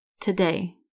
Today